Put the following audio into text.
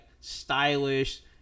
stylish